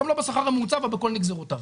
גם לא בשכר הממוצע ובכל נגזרותיו,